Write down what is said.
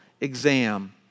exam